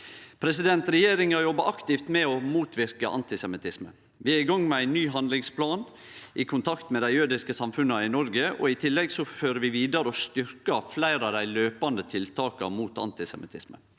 handlingar. Regjeringa jobbar aktivt med å motverke antisemittisme. Vi er i gang med ein ny handlingsplan – i kontakt med dei jødiske samfunna i Noreg. I tillegg fører vi vidare og styrkjer fleire av dei løpande tiltaka mot antisemittisme.